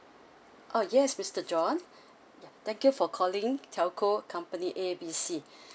orh yes mister john thank you for calling telco company A B C